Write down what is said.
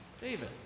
David